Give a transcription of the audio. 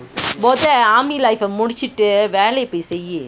மொதஆர்மிலைப்பமுடிச்சிட்டுவேலையபோய்செய்யி:motha armey lifeah mudichittu velaya pooi seii